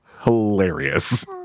hilarious